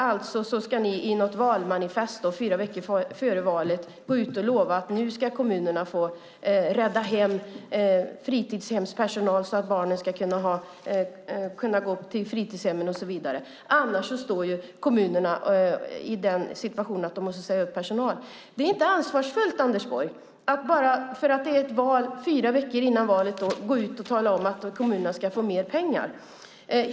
Alltså ska ni i något valmanifest fyra veckor före valet lova att kommunerna ska kunna rädda fritidshemspersonal så att barnen kan gå till fritidshemmen och så vidare. I annat fall måste kommunerna säga upp personal. Det är inte ansvarsfullt, Anders Borg, att fyra veckor före ett val gå ut och tala om att kommunerna ska få mer pengar.